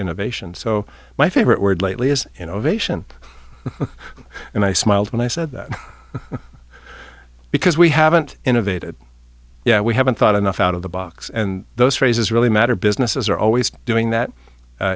innovation so my favorite word lately is an ovation and i smiled when i said that because we haven't innovated yeah we haven't thought enough out of the box and those phrases really matter businesses are always doing that